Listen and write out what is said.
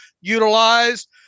utilized